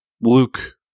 Luke